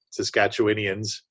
Saskatchewanians